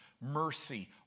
mercy